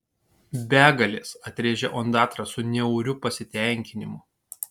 begalės atrėžė ondatra su niauriu pasitenkinimu